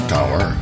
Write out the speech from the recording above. Tower